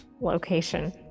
location